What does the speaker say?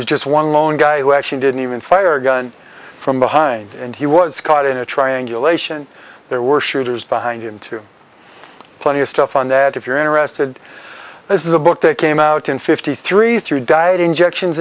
was just one lone guy who actually didn't even fire a gun from behind and he was caught in a triangulation there were shooters behind him to plenty of stuff on that if you're interested this is a book that came out in fifty three through diet injections